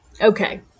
Okay